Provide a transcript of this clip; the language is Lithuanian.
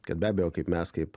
kad be abejo kaip mes kaip